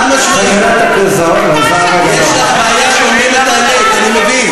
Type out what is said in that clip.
עוד מעט אני עולה לדבר, ואני אטפל,